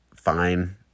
Fine